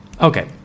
Okay